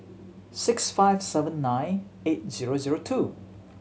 six five seven nine eight zero zero two